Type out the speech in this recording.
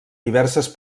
diverses